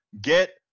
get